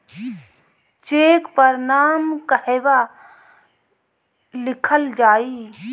Check पर नाम कहवा लिखल जाइ?